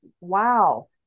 wow